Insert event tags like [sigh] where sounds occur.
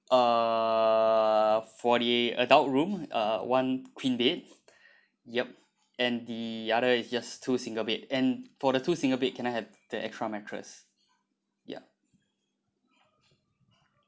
uh for the adult room uh one queen bed [breath] yup and the other is just two single bed and for the two single bed can I have the extra mattress ya